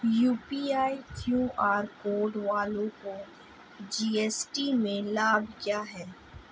UPI QR code वालों को GST में लाभ क्या है?